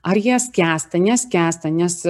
ar jie skęsta neskęsta nes